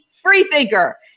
Freethinker